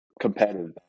competitive